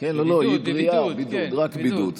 לא, לא, היא בריאה, רק בבידוד.